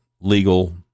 legal